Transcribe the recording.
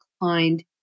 declined